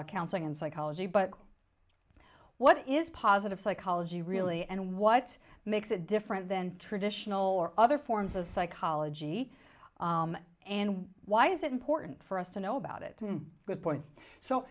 counseling and psychology but what is positive psychology really and what makes it different than traditional or other forms of psychology and why is it important for us to know about it good point so